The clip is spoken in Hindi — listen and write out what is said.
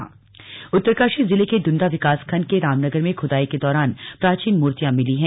प्राचीन मूर्तियां उत्तरकाशी जिले के इंडा विकासखंड के रामनगर में खुदाई के दौरान प्राचीन मूर्तियां मिली है